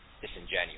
disingenuous